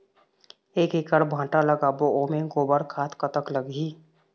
एक एकड़ भांटा लगाबो ओमे गोबर खाद कतक लगही?